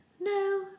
no